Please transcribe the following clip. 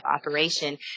operation